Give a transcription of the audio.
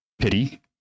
Pity